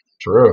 True